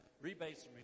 Rebates